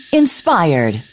inspired